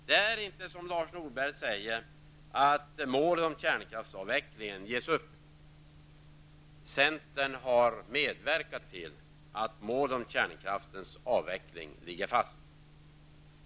Det är inte så som Lars Norberg säger att målet om kärnkraftsavvecklingen har givits upp. Centern har medverkat till att målet om kärnkraftsavvecklingen ligger fast.